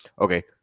Okay